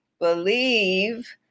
believe